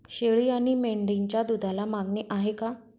शेळी आणि मेंढीच्या दूधाला मागणी आहे का?